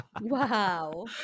Wow